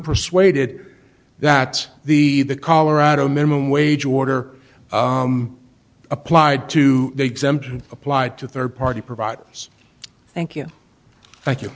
persuaded that the the colorado minimum wage order applied to the exemption applied to third party providers thank you thank you